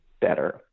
better